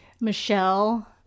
Michelle